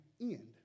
end